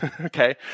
okay